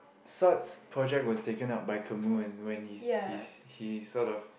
Saat's project was taken up by Kamu and when he's he's he's sort of